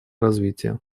развития